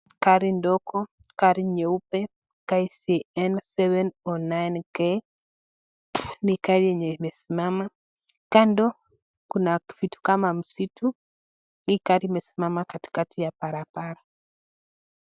Gari ndogo gari nyeupe KCN 709 K ni gari yenye imesimama, Kando kuna vitu kama msitu hii gari imesimama katikati ya barabara.